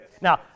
Now